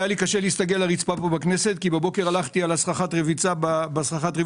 היה לי קשה להסתגל לרצפה פה בכנסת כי בבוקר הלכתי בסככת רביצה בזבל,